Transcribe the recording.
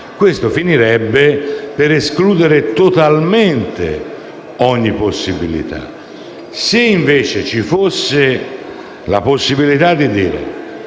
ciò finirebbe per escludere totalmente ogni possibilità. Se, invece, ci fosse la possibilità di dire